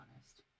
honest